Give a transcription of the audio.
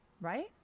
right